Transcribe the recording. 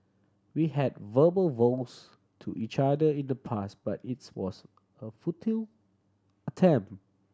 we had verbal vows to each other in the past but it's was a futile attempt